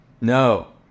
No